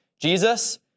Jesus